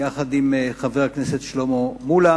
יחד עם חבר הכנסת שלמה מולה